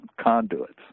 conduits